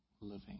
living